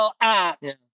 act